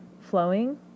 flowing